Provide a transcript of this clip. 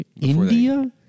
India